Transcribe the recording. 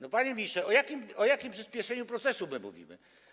No, panie ministrze, o jakim przyspieszeniu procesu my mówimy?